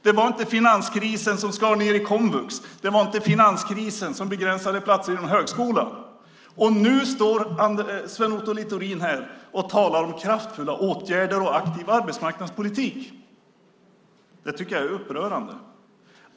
Det var inte finanskrisen som skar ned i komvux. Det var inte finanskrisen som begränsade platser inom högskolan. Nu står Sven Otto Littorin här och talar om kraftfulla åtgärder och aktiv arbetsmarknadspolitik. Det är upprörande.